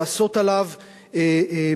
לעשות עליו מאבק,